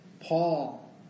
Paul